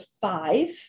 five